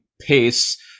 pace